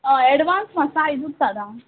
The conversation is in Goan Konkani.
हय एडवान्स मातसो आयजूच धाड आं